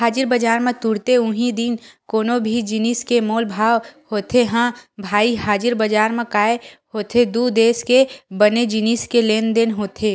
हाजिर बजार म तुरते उहीं दिन कोनो भी जिनिस के मोल भाव होथे ह भई हाजिर बजार म काय होथे दू देस के बने जिनिस के लेन देन होथे